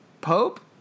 Pope